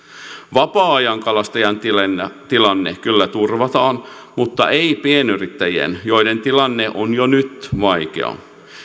vapaa ajankalastajien tilanne tilanne kyllä turvataan mutta ei pienyrittäjien joiden tilanne on jo nyt vaikea